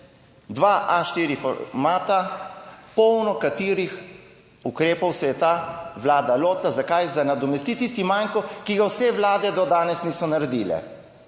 dva A4 formata polno, katerih ukrepov se je ta Vlada lotila. Zakaj? Da nadomesti tisti manko, ki ga vse vlade do danes niso naredile.